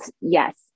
yes